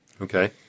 Okay